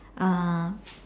uh